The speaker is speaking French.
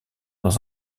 dans